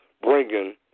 bringing